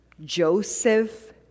Joseph